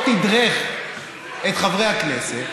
לא חושב שיש עיתונאי שלא תודרך או תדרך את חברי הכנסת,